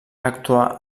actuà